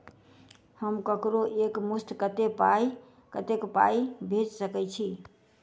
हम ककरो एक मुस्त कत्तेक पाई भेजि सकय छी?